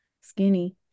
skinny